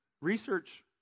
research